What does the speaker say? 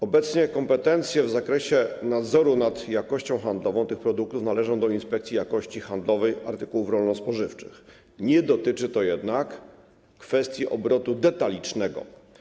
Obecnie kompetencje w zakresie nadzoru nad jakością handlową tych produktów należą do Inspekcji Jakości Handlowej Artykułów Rolno-Spożywczych, nie dotyczy to jednak kwestii obrotu detalicznego.